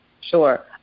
Sure